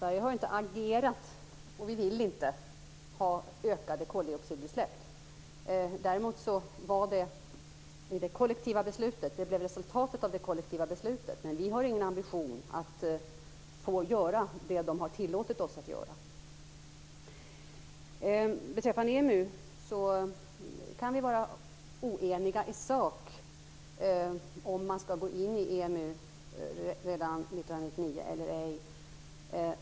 Fru talman! Sverige har inte agerat för och vill inte ha ökade koldioxidutsläpp. Däremot blev det resultatet av det kollektiva beslutet, men vi har ingen ambition att få göra det man har tillåtit oss att göra. Beträffande EMU kan vi vara oeniga i sak om man skall gå in i EMU redan 1999 eller ej.